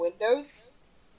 windows